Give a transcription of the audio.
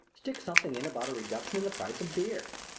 stick something in about a reduction in the price of beer.